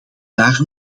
daar